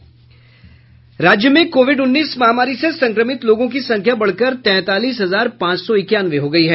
राज्य में कोविड उन्नीस महामारी से संक्रमित लोगों की संख्या बढ़कर तैंतालीस हजार पांच सौ इक्यानवे हो गयी है